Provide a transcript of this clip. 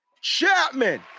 chapman